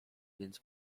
więc